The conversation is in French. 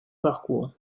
parcours